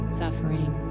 suffering